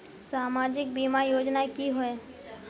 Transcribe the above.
सामाजिक बीमा योजना की होय?